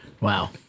Wow